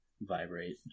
vibrate